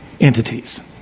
entities